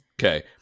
Okay